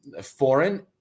foreign